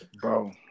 Bro